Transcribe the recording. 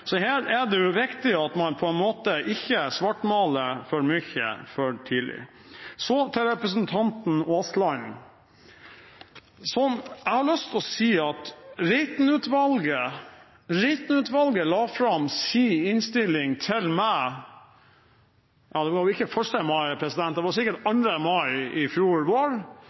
Så her er det viktig at man ikke svartmaler for mye for tidlig. Så til representanten Aasland: Jeg har lyst til å si at Reiten-utvalget la fram sin innstilling til meg 2. mai i fjor vår.